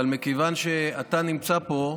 אבל מכיוון שאתה נמצא פה,